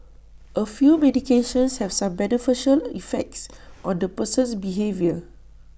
A few medications have some beneficial effects on the person's behaviour